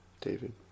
David